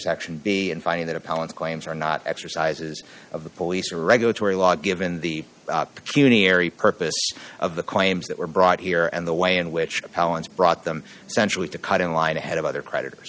section b and finding that appellant claims are not exercises of the police or regulatory law given the cuny ery purpose of the claims that were brought here and the way in which palin's brought them centrally to cut in line ahead of other creditors